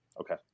okay